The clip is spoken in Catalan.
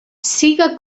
siga